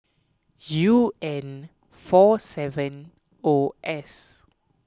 U N four seven O S